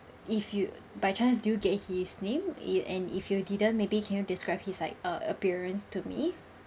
if you by chance do you get his name it and if you didn't maybe can you describe his like err appearance to me